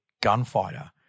gunfighter